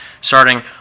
starting